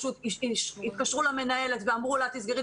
פשוט התקשרו למנהלת ואמרו לה לסגור את